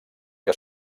que